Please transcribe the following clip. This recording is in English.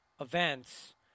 events